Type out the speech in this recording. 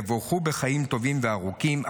תבורכו בחיים טובים וארוכים,